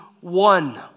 one